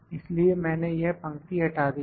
इसलिए मैंने यह पंक्ति हटा दी है